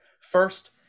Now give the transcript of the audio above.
First